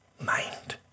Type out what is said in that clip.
mind